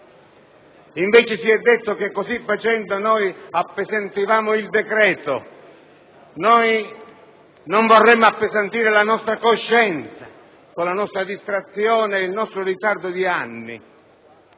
Invece si è detto che così facendo appesantivamo il decreto; noi non vorremmo appesantire la nostra coscienza con la distrazione e con un ritardo di anni.